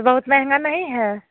तो बहुत महंगा नहीं है